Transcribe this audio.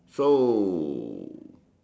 so